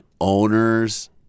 owner's